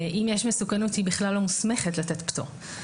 אם יש מסוכנות היא בכלל לא מוסמכת לתת פטור.